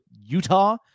Utah